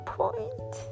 point